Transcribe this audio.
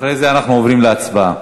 אחרי זה אנחנו עוברים להצבעה.